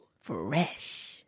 Fresh